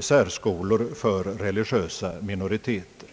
särskolor för religiösa minoriteter.